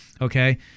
Okay